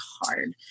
hard